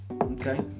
Okay